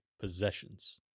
possessions